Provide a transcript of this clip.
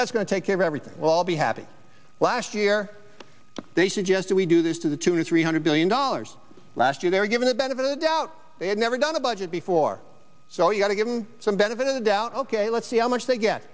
that's going to take care of everything well i'll be happy last year they suggested we do this to the tune of three hundred billion dollars last year they were given the benefit of doubt they had never done a budget before so you got to give him some benefit of the doubt ok let's see how much they get